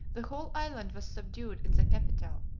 the whole island was subdued in the capital,